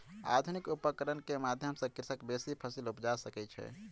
आधुनिक उपकरण के माध्यम सॅ कृषक बेसी फसील उपजा सकै छै